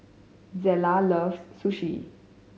Zela loves Sushi